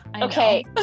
okay